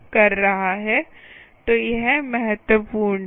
तो यह महत्वपूर्ण है